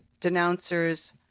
denouncers